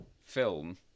film